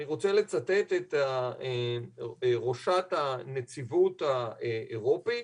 אני רוצה לצטט את ראשת הנציבות האירופית,